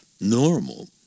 normal